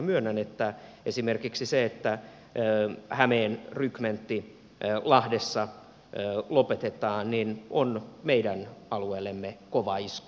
myönnän että esimerkiksi se että hämeen rykmentti lahdessa lopetetaan on meidän alueellemme kova isku